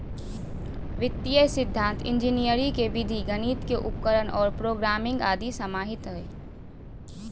वित्तीय सिद्धान्त इंजीनियरी के विधि गणित के उपकरण और प्रोग्रामिंग आदि समाहित हइ